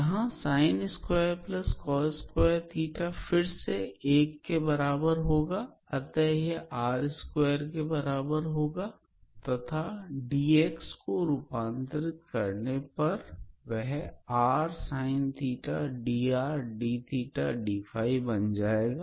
यहां फिर से एक के बराबर होगा अतः यह r2 के बराबर होगा तथा dxdydz को r तथा के पदों में रूपांतरित करने पर वह बन जायेगा